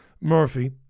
Murphy